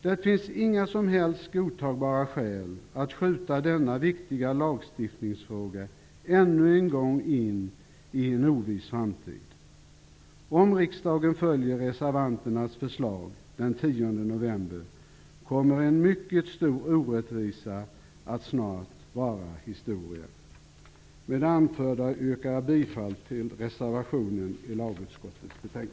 Det finns inga som helst godtagbara skäl att ännu en gång skjuta denna viktiga lagstiftningsfråga på en oviss framtid. Om riksdagen följer reservanternas förslag den 10 november kommer en mycket stor orättvisa att snart vara historia. Med det anförda yrkar jag bifall till reservationen i lagutskottets betänkande.